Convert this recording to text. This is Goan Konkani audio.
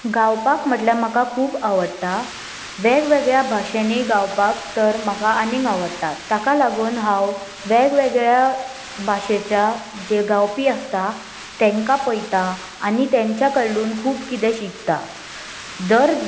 गावपाक म्हटल्यार म्हाका खूब आवडटा वेगवेगळ्या भाशेंनी गावपाक तर म्हाका आनीक आवडटा ताका लागून हांव वेगवेगळ्या भाशेच्या जे गावपी आसता तेंकां पयता आनी तेंच्या कडून खूब किदें शिकता दर